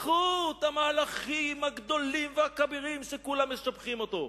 בזכות המהלכים הגדולים והכבירים שכולם משבחים אותם.